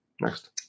Next